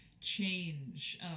change